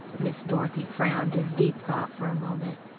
miss dorothy frowned in deep thought for a moment.